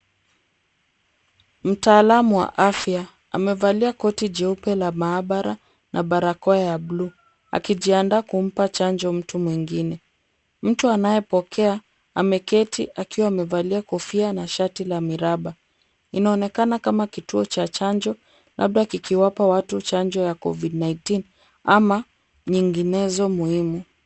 Mtaalam wa afya amevalia koti jeupe la maabara, na barakoa ya buluu akijiandaa kumpa chanjo mtu mwingine. Mtu anayepokea ameketi akiwa amevalia kofia na shati la Miraba. Inaonekana kama kituo cha chanjo labda kikiwapa watu chanjo ya Covid -19 ama nyinginezo muhimu.